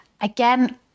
again